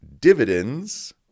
dividends